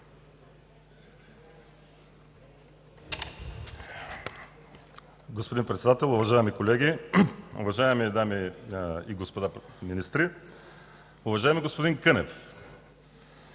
Господин Председател, уважаеми колеги, уважаеми дами и господа министри! Уважаеми господин Кънев,